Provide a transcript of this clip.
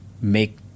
make